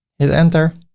hit enter,